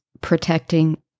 protecting